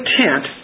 tent